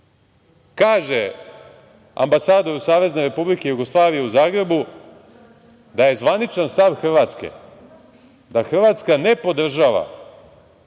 kaže, ambasadoru Savezne Republike Jugoslavije u Zagrebu da je zvaničan stav Hrvatske da Hrvatska ne podržava